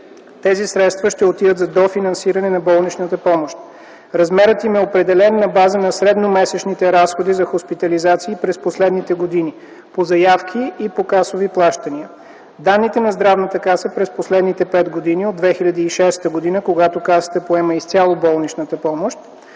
Тези средства ще отидат за дофинансиране на болничната помощ. Размерът им е определен на база на средномесечните разходи за хоспитализации през последните години – по заявки и по касови плащания. Данните на Здравната каса през последните пет години – от 2006 г., когато Касата поема изцяло болничната помощ,